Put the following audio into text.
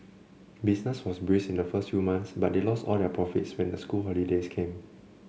business was brisk in the first few months but they lost all their profits when the school holidays came